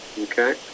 Okay